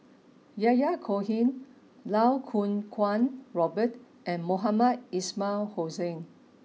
Yahya Cohen Lau Kuo Kwong Robert and Mohamed Ismail Hussain